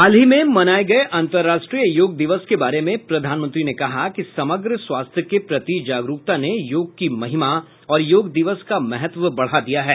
हाल ही में मनाए गए अंतर्राष्ट्रीय योग दिवस के बारे में प्रधानमंत्री ने कहा कि समग्र स्वास्थ्य के प्रति जागरुकता ने योग की महिमा और योग दिवस का महत्व बढ़ा दिया है